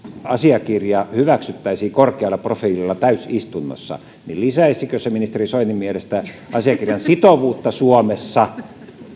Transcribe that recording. asiakirja hyväksyttäisiin korkealla profiililla täysistunnossa niin lisäisikö vai heikentäisikö se ministeri soinin mielestä asiakirjan sitovuutta suomessa